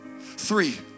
Three